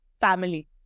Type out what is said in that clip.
Family